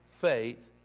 faith